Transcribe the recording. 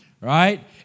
right